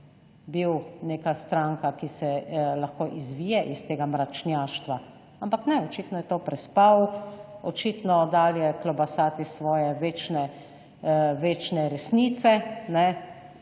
bil neka stranka, ki se lahko izvije iz tega mračnjaštva, ampak ne, očitno je to prespal, očitno dalje klobasati svoje večne, večne resnice, ne,